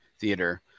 theater